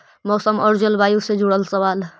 मौसम और जलवायु से जुड़ल सवाल?